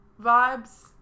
vibes